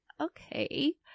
okay